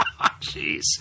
Jeez